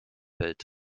fällt